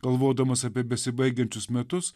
galvodamas apie besibaigiančius metus